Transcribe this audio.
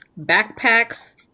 backpacks